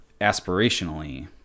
aspirationally